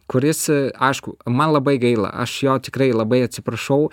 kuris aišku man labai gaila aš jo tikrai labai atsiprašau